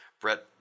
Brett